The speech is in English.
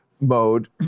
mode